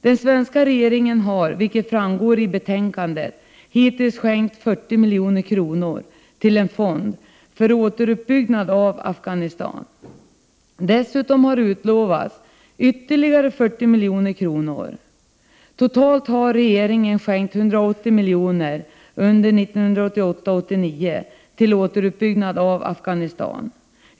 Den svenska regeringen har, vilket framgår av betänkandet, hittills skänkt 40 milj.kr. till en fond för återuppbyggnad av Afghanistan. Dessutom har utlovats ytterligare 40 milj.kr. Totalt har regeringen skänkt 180 milj.kr. under 1988/89 till återuppbyggnad av Afghanistan.